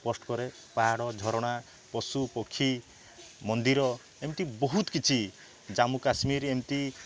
post କରେ ପାହାଡ଼ ଝରଣା ପଶୁ ପକ୍ଷୀ ମନ୍ଦିର ଏମିତି ବହୁତ କିଛି ଜାମ୍ମୁ କାଶ୍ମୀର ଏମିତି